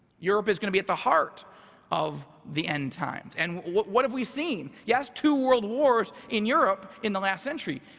europe is gonna be at the heart of the end times. and what what have we seen? yes two world wars in europe in the last century.